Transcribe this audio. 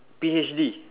P_H_D